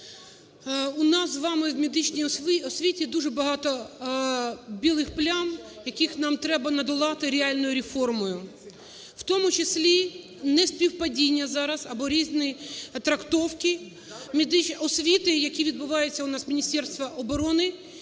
У нас з вами в медичній освіті дуже багато білих плям, яких нам треба надолати реальною реформою, в тому числі неспівпадіння зараз або різні трактовки освіти, які відбуваються у нас в Міністерства оброни